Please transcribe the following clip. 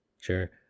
Sure